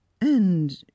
And